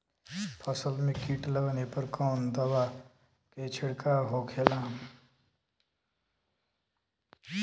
फसल में कीट लगने पर कौन दवा के छिड़काव होखेला?